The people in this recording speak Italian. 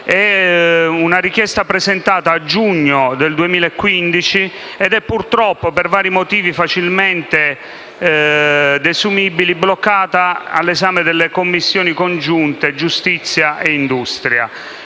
di una richiesta presentata a giugno 2015, che purtroppo, per vari motivi facilmente desumibili, è bloccata all'esame delle Commissioni giustizia e industria.